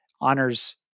honors